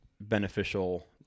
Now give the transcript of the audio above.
beneficial